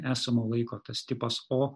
esamo laiko tas tipas o